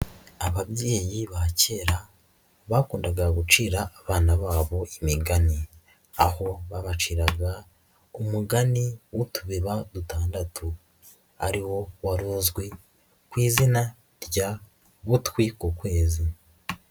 Ababyeyi ba kera bakundaga gucira abana babo imigani, aho babaciraga umugani w'utubeba dutandatu, ari wo wari uzwi ku izina rya Butwi ku kwezi.